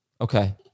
Okay